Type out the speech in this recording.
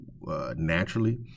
naturally